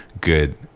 good